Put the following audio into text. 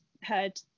heard